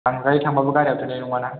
बांद्राय थांबाबो गारिया थोनाय नङा ना